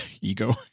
ego